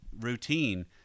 routine